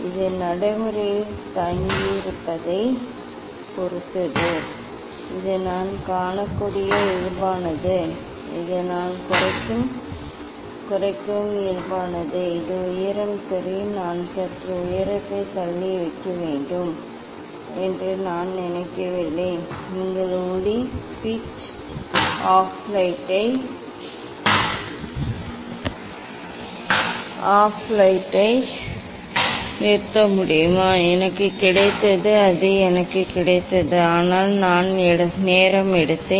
இது நடைமுறையில் தங்கியிருப்பதைப் பொறுத்தது இது நான் காணக்கூடிய இயல்பானது இது நான் குறைக்கும் இயல்பானது இது உயரம் சரி நான் சற்று உயரத்தை தள்ளி வைக்க வேண்டும் என்று நான் நினைக்கவில்லை நீங்கள் ஒளியை நிறுத்த முடியுமா அது எனக்கு கிடைத்தது ஆனால் நான் நேரம் எடுத்தேன்